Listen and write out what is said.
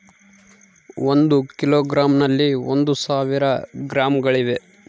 ಒಂದು ಕಿಲೋಗ್ರಾಂ ನಲ್ಲಿ ಒಂದು ಸಾವಿರ ಗ್ರಾಂಗಳಿವೆ